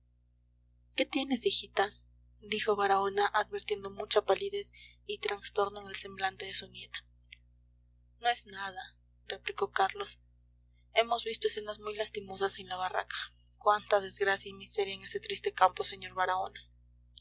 qué tienes hijita dijo baraona advirtiendo mucha palidez y trastorno en el semblante de su nieta no es nada replicó carlos hemos visto escenas muy lastimosas en la barraca cuánta desgracia y miseria en este triste campo señor baraona